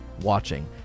watching